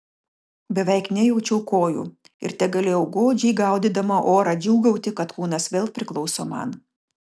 beveik nejaučiau kojų ir tegalėjau godžiai gaudydama orą džiūgauti kad kūnas vėl priklauso man